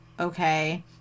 okay